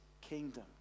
kingdom